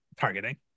targeting